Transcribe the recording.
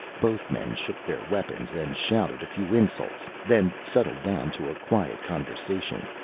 both men shook their weapons and shouted a few insults, then settled down to a quiet conversation.